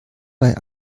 bei